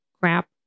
crap